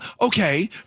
okay